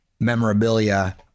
memorabilia